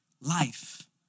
life